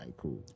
cool